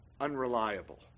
unreliable